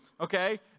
okay